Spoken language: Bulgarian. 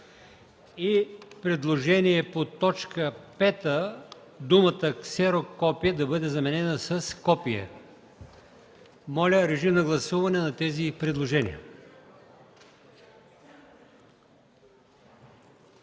И предложение по т. 5 – думата „ксерокопие” да бъде заменена с „копие”. Моля, режим на гласуване за тези предложения.